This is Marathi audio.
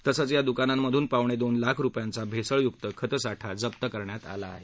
तसंच या दुकानांमधून पावणे दोन लाख रुपयांचा भेसळयुक्त खतसाठा जप्त करण्यात आला आहे